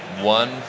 one